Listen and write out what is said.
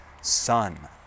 Son